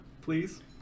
please